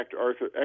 Arthur